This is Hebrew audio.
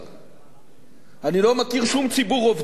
אני לא מכיר שום ציבור עובדים במדינת ישראל